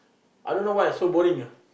I don't why so boring ah